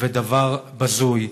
ודבר בזוי.